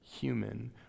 human